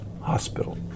Hospital